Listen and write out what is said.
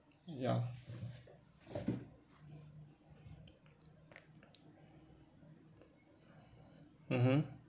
ya mmhmm